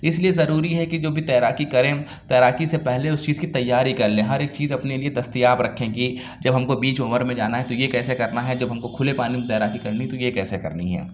اِس لیے ضروری ہے کہ جو بھی تیراکی کریں تیراکی سے پہلے اُس چیز کی تیاری کر لیں ہر ایک چیز اپنے لیے دستیاب رکھیں کہ جب ہم کو بیچ بھنور میں جانا ہے تو یہ کیسے کرنا ہے جب ہم کو کُھلے پانی میں تیراکی کرنی تو یہ کیسے کرنی ہے